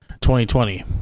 2020